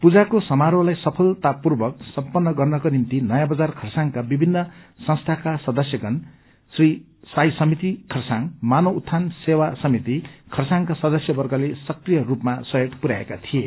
पूजाको समारोहलाई सफलतापूर्वक सम्पन्न गर्नको निम्ति नयाँ बजार खरसाङका विभिन्न संस्थाका सदस्यगण श्री साई समिति खरसाङ मानव उत्थान सेवा समिति खरसाङका सदस्यवर्गले सक्रिय रूपमा सहयोग पुरयाएका थिए